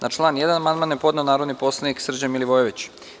Na član 1. amandman je podneo narodni poslanik Srđan Milivojević.